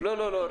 מבחינת תשתיות.